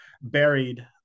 buried